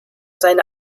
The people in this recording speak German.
seine